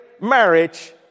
marriage